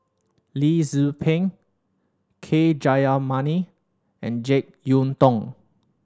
Lee Tzu Pheng K Jayamani and Jek Yeun Thong